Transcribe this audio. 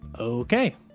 okay